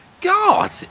God